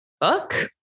book